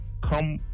come